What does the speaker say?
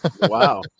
wow